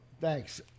thanks